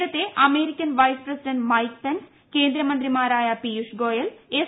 നേരത്തെ American vice president കൃഷ്ട് Mike Pence കേന്ദ്രമന്ത്രിമാരായ പിയൂഷ് ഗോയൽ ് എസ്